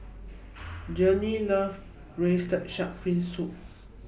Journey loves Braised Shark Fin Soup